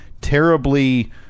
terribly